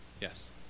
Yes